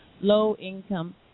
low-income